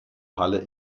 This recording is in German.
halle